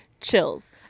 Chills